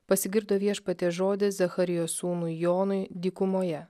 pasigirdo viešpaties žodis zacharijo sūnui jonui dykumoje